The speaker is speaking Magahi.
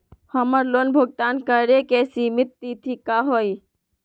हमर लोन भुगतान करे के सिमित तिथि का हई?